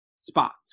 spots